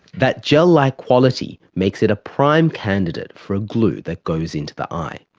that gel like quality makes it a prime candidate for a glue that goes into the eye.